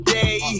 day